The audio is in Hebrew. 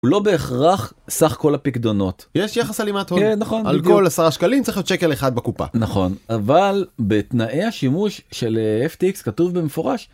לא בהכרח סך כל הפקדונות. יש יחס הלימת הון. כן, נכון בדיוק. על כל 10 שקלים צריך להיות שקל אחד בקופה. נכון, אבל בתנאי השימוש של FTX כתוב במפורש.